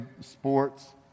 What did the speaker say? sports